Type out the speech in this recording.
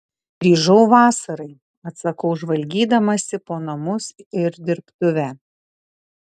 grįžau vasarai atsakau žvalgydamasi po namus ir dirbtuvę